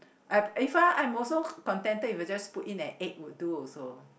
I if I I'm also contented if you just put in an egg would do also